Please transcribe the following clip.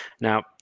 Now